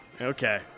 okay